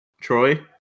Troy